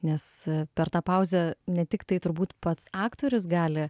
nes per tą pauzę ne tiktai turbūt pats aktorius gali